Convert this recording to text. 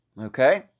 Okay